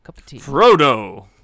Frodo